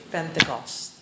Pentecost